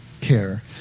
care